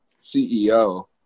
CEO